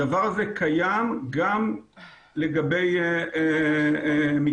הדבר הזה קיים גם לגבי מקוואות.